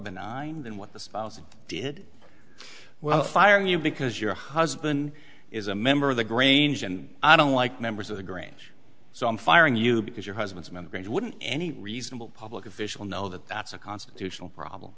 benign than what the spouse did well firing you because your husband is a member of the grange and i don't like members of the grange so i'm firing you because your husband's membranes wouldn't any reasonable public official know that that's a constitutional problem